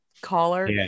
caller